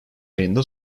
ayında